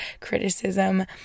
criticism